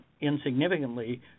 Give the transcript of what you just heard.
insignificantly